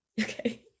Okay